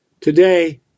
Today